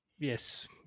Yes